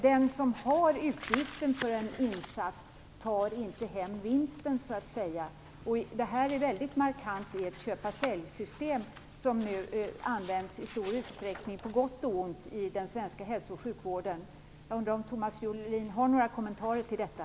Den som har utgiften för en insats tar inte hem vinsten. Det här blir väldigt markant i ett köpa-säljsystem, som nu på gott och ont i stor utsträckning används inom den svenska hälso och sjukvården. Jag undrar om Thomas Julin har några kommentarer kring detta.